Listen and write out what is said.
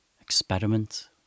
Experiment